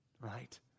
right